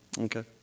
Okay